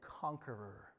conqueror